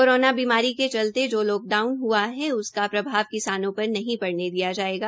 corona बीमारी के चलते जो लोकडाउन हआ है उसका प्रभाव किसानों पर नहीं पडऩे दिया जाएगा